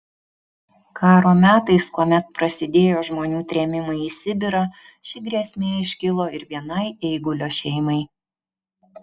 karo metais kuomet prasidėjo žmonių trėmimai į sibirą ši grėsmė iškilo ir vienai eigulio šeimai